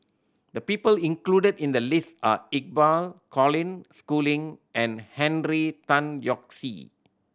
the people included in the list are Iqbal Colin Schooling and Henry Tan Yoke See